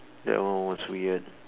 that one was weird